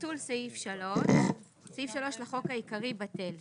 ביטול סעיף 3 2. סעיף 3 לחוק העיקרי בטל.